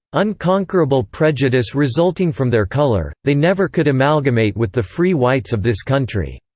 unconquerable prejudice resulting from their color, they never could amalgamate with the free whites of this country.